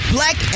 Black